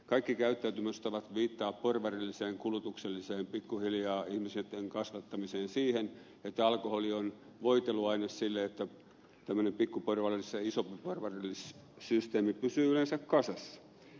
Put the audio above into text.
kaikki käyttäytymiset viittaavat porvarilliseen kulutukseen pikkuhiljaa ihmisten kasvattamiseen siihen että alkoholi on voiteluaine sille että tämmöinen pikkuporvarillis ja isompiporvarillissysteemi pysyy yleensä kasassa